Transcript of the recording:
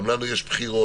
גם לנו יש בחירות,